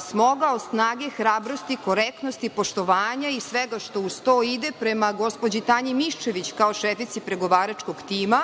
smogao snage hrabrosti, korektnosti, poštovanja i svega što uz to ide prema gospođi Tanji Miščević, kao šefici pregovaračkog tima,